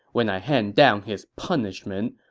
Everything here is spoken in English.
when i hand down his punishment,